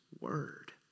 word